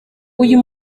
uyu